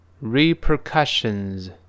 repercussions